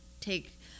take